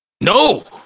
No